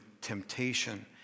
temptation